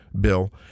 bill